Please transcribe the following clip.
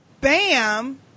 bam